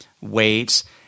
weights